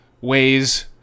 ways